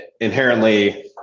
inherently